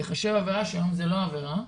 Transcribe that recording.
ייחשב עבירה-שהיום זו לא עבירה.